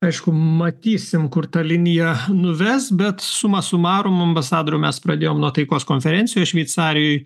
aišku matysim kur ta linija nuves bet suma sumarum mum ambasadoriau mes pradėjom nuo taikos konferencijos šveicarijoj